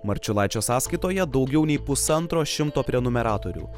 marčiulaičio sąskaitoje daugiau nei pusantro šimto prenumeratorių